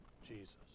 Jesus